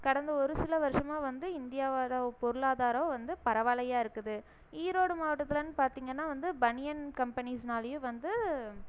கடந்த ஒரு சில வருஷமாக வந்து இந்தியாவோட பொருளாதாரம் வந்து பரவாயில்லையாருக்குது ஈரோடு மாவட்டத்தில்ன் பார்த்திங்கன்னா வந்து பனியன் கம்பனிஸ்னாலேயும் வந்து